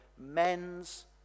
Men's